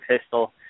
pistol